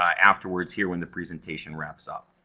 ah afterwards here, when the presentation wraps up.